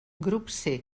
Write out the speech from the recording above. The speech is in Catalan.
grup